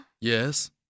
Yes